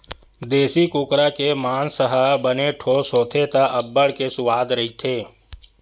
देसी कुकरा के मांस ह बने ठोस होथे त अब्बड़ के सुवाद रहिथे